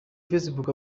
facebook